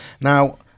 now